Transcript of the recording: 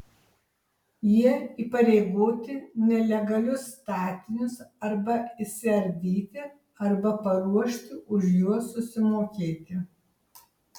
jie įpareigoti nelegalius statinius arba išsiardyti arba pasiruošti už juos susimokėti